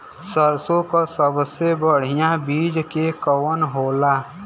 सरसों क सबसे बढ़िया बिज के कवन होला?